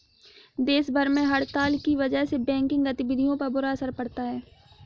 देश भर में हड़ताल की वजह से बैंकिंग गतिविधियों पर बुरा असर पड़ा है